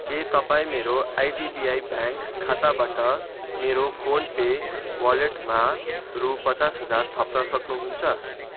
के तपाईँ मेरो आइडिबिआई ब्याङ्क खाताबाट मेरो फोन पे वालेटमा रु पचास हजार थप्न सक्नुहुन्छ